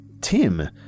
Tim